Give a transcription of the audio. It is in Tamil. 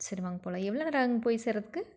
சரி வாங்க போகலாம் எவ்வளோ நேரம் ஆகும் போய் சேருகிறதுக்கு